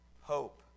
hope